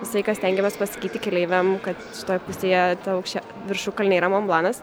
visą laiką stengiamės pasakyti keleiviam kad toj pusėje aukščio viršukalnė yra monblanas